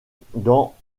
dans